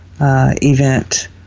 event